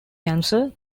cancer